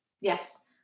Yes